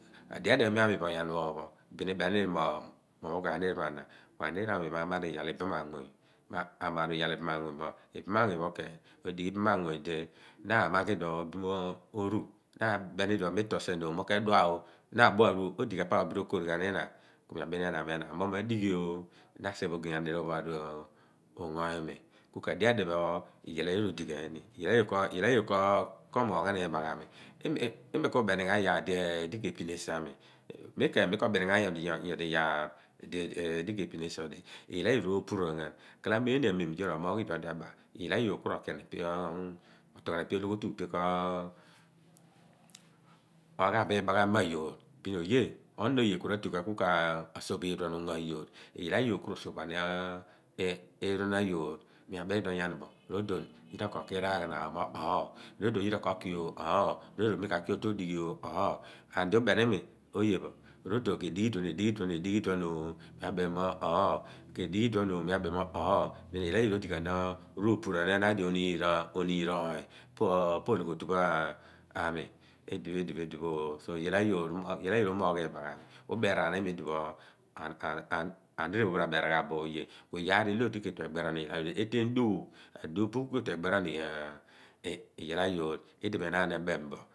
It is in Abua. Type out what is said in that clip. Ka dio pho adiphe pho mi a miin bo aniir pho ami bin i ḇeni i'mi mọ ophọn kua niir pho a'na. Aniir pho ami maamar iyaal ibamamuuny ku i'bamamuuny pho ku na a beni mo itoul pa ude bin rotooli, tutu na abulah esi lo na a ghi mi ra seph ni enaan mo madighiooh na a sighebo ogey aniir pho o'phon pho nungo i/mi. Kadio pho a diphe pho i yaal a yoor odighaani voor ko mooghan ibaghami i'mi kuḇenighaan i yaar di kepẖin esin ami. Mi keeny mi koḇenighan iyaal a yoor, ro/puruangnan ghalamo yoor omoogh igbarabara yoor rotuol ghan epe ologho-otu bin koopuruan. bin onoon oye ratughan ko soph liruen kungo iyoor. Iyaal a yoor ku ro sough iduon mo nyanipho, ro/don yira koki raaghana. oo oho ro/don mikaki otu odighi oo oho, odi ubeni i'mi mo oye pho rodon ke aḇem mo oọr hoọr. Iyaal ayoor odighan ruupuruan i/dipho oniim roony pa'ologhogupho ami. Igaal a yoor amoogh linaghaami pa' ologho-otu pho ubeeraan limi idipho aniir ophugh raberaanghaabo oye. Iyaar 1/10 di ketuei igbarion iyoor. I/pel duugh. Aduugh bin kuke tue i gbarion iyoor i dipho enaan eḇembo.